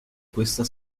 questa